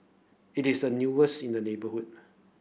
it is the newest in the neighbourhood